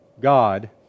God